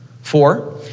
Four